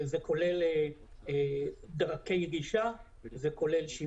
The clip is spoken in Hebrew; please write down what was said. זה כולל דרכי גישה ושימוש.